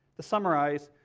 to summarize,